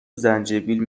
زنجبیل